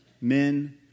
men